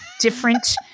different